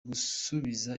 gusubiza